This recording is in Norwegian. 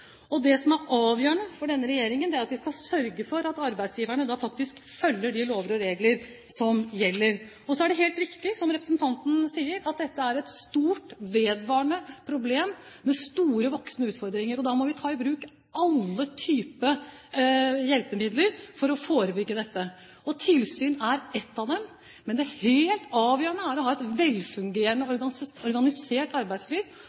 Og det som er avgjørende for denne regjeringen, er at vi skal sørge for at arbeidsgiverne faktisk følger de lover og regler som gjelder. Så er det helt riktig som representanten sier, at dette er et stort og vedvarende problem, med store, voksende utfordringer. Vi må ta i bruk alle typer hjelpemidler for å forebygge dette. Tilsyn er et av dem. Men det helt avgjørende er å ha et velfungerende, organisert arbeidsliv